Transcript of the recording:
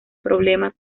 problema